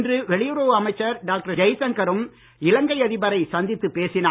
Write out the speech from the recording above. இன்று வெளியுறவு அமைச்சர் டாக்டர் ஜெய்சங்கரும் இலங்கை அதிபரை சந்தித்துப் பேசினார்